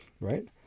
right